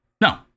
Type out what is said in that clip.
No